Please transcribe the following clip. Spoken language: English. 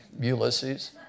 Ulysses